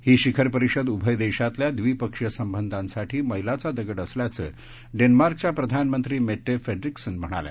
ही शिखर परिषद उभय देशातल्या द्विपक्षीय संबधांसाठी मखांचा दगड असल्याचं डेन्मार्कच्या प्रधानमंत्री मेट्टे फेड्रीक्सन म्हणाल्या